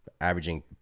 averaging –